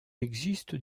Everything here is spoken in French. existe